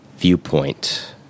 viewpoint